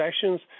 Sessions